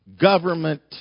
government